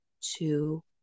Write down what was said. two